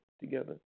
together